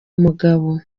mugabo